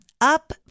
up